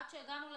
עד שהגענו לדיון,